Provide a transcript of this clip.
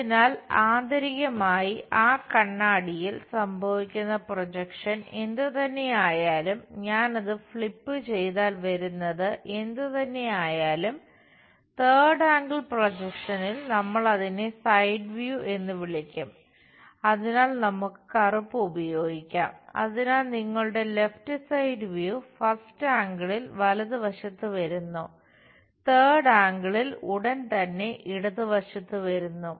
അതിനാൽ ആന്തരികമായി ആ കണ്ണാടിയിൽ സംഭവിക്കുന്ന പ്രൊജക്ഷൻ ഉടൻ തന്നെ ഇടതുവശത്ത് വരുന്നു